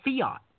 fiat